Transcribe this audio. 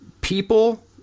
people